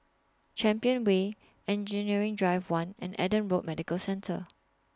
Champion Way Engineering Drive one and Adam Road Medical Centre